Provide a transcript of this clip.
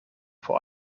vor